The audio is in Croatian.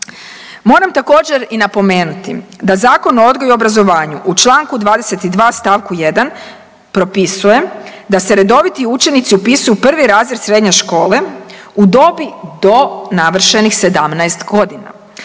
Moram također i napomenuti da Zakon o odgoju i obrazovanju u čl. 22. st. 1. propisuje da se redoviti učenici upisuju u prvi razred srednje škole u dobi do navršenih 17.g..